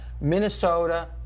Minnesota